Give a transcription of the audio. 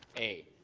a,